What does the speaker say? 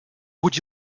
would